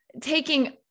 taking